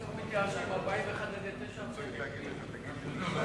קבוצת סיעת חד"ש וחבר הכנסת איתן כבל לסעיף 41 לא נתקבלה.